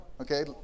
okay